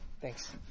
Thanks